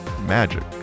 magic